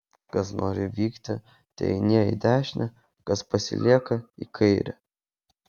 kas nori vykti teeinie į dešinę kas pasilieka į kairę